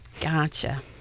Gotcha